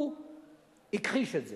הוא הכחיש את זה,